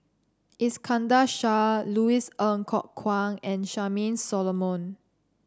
Iskandar Shah Louis Ng Kok Kwang and Charmaine Solomon